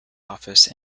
office